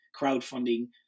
crowdfunding